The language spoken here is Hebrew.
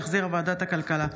שהחזירה ועדת הכלכלה.